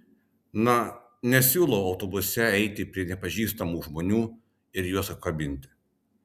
na nesiūlau autobuse eiti prie nepažįstamų žmonių ir juos apkabinti